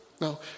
Now